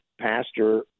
pastor